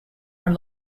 are